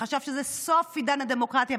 שחשב שזה סוף עידן הדמוקרטיה,